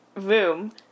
room